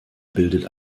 bildet